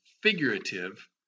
figurative